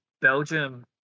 Belgium